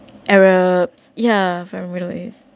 arabs ya from middle east